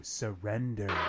surrender